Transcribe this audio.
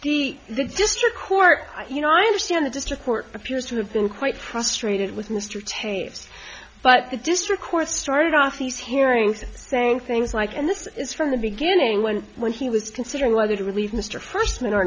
district court you know i understand the district court appears to have been quite frustrated with mr tapes but the district court started off these hearings saying things like and this is from the beginning when when he was considering whether to release mr freshman or